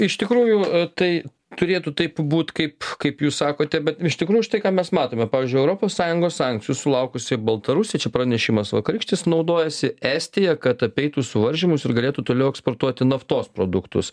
iš tikrųjų tai turėtų taip būt kaip kaip jūs sakote bet iš tikrųjų štai ką mes matome pavyzdžiui europos sąjungos sankcijų sulaukusi baltarusija čia pranešimas vakarykštis naudojasi estija kad apeitų suvaržymus ir galėtų toliau eksportuoti naftos produktus